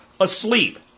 asleep